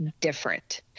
different